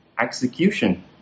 execution